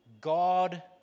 God